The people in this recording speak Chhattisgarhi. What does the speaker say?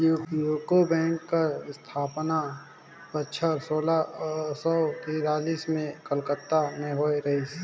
यूको बेंक कर असथापना बछर सोला सव तिरालिस में कलकत्ता में होए रहिस